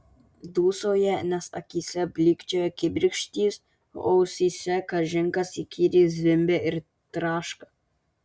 dūsauja nes akyse blykčioja kibirkštys o ausyse kažin kas įkyriai zvimbia ir traška